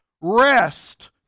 rest